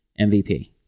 MVP